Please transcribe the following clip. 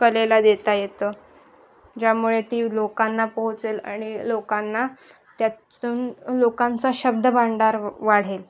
कलेला देता येतं ज्यामुळे ती लोकांना पोहोचेल आणि लोकांना त्यातून लोकांचा शब्दभांडार वाढेल